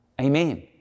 Amen